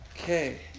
Okay